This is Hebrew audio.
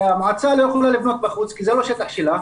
המועצה לא יכולה לבנות בחוץ כי זה לא שטח שלה.